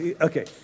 Okay